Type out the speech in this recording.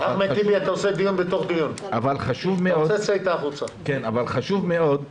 אבל חשוב מאוד,